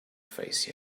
face